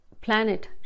planet